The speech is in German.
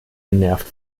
genervt